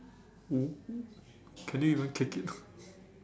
oo oo can they even kick it